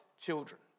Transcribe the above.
children